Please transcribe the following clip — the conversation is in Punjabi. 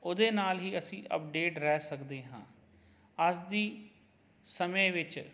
ਉਹਦੇ ਨਾਲ ਹੀ ਅਸੀਂ ਅਪਡੇਟ ਰਹਿ ਸਕਦੇ ਹਾਂ ਅੱਜ ਦੇ ਸਮੇਂ ਵਿੱਚ